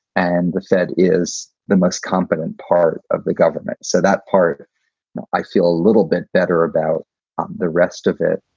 and the fed is the most competent part of the government. so that part i feel a little bit better about the rest of it.